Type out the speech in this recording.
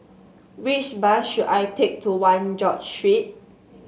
which bus should I take to One George Street